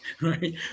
right